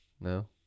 No